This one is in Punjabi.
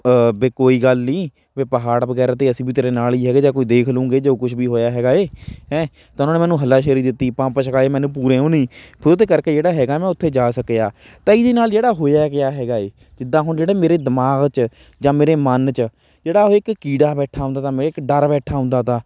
ਵੀ ਕੋਈ ਗੱਲ ਨਹੀਂ ਵੀ ਪਹਾੜ ਵਗੈਰਾ 'ਤੇ ਅਸੀਂ ਵੀ ਤੇਰੇ ਨਾਲ ਹੀ ਹੈਗੇ ਜਾਂ ਕੋਈ ਦੇਖ ਲਉਂਗੇ ਜੋ ਕੁਛ ਵੀ ਹੋਇਆ ਹੈਗਾ ਹੈ ਹੈਂ ਤਾਂ ਉਹਨਾਂ ਨੇ ਮੈਨੂੰ ਹੱਲਾਸ਼ੇਰੀ ਦਿੱਤੀ ਪੰਪ ਛਕਾਏ ਮੈਨੂੰ ਪੂਰੇ ਉਹਨੇ ਫਿਰ ਉਹਦੇ ਕਰਕੇ ਜਿਹੜਾ ਹੈਗਾ ਮੈਂ ਉੱਥੇ ਜਾ ਸਕਿਆ ਤਾਂ ਇਹਦੇ ਨਾਲ ਜਿਹੜਾ ਹੋਇਆ ਕਿਆ ਹੈਗਾ ਹੈ ਜਿੱਦਾਂ ਹੁਣ ਜਿਹੜੇ ਮੇਰੇ ਦਿਮਾਗ 'ਚ ਜਾਂ ਮੇਰੇ ਮਨ 'ਚ ਜਿਹੜਾ ਇੱਕ ਕੀੜਾ ਬੈਠਾ ਹੁੰਦਾ ਤਾ ਮੇ ਇੱਕ ਡਰ ਬੈਠਾ ਹੁੰਦਾ ਤਾ